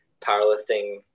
powerlifting